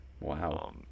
Wow